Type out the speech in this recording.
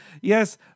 yes